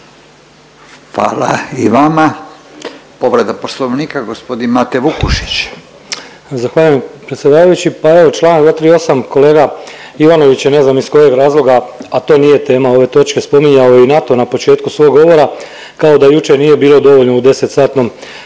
Hvala i vama. Povreda Poslovnika gospodin Mate Vukušić. **Vukušić, Mate (SDP)** Zahvaljujem predsjedavajući. Pa evo Članak 238., kolega Ivanović je ne znam iz kojeg razloga, a to nije tema ove točke spominjao i NATO na početku svojeg govora kao da jučer nije bilo dovoljno u 10-satnom, 10-satnoj